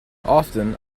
often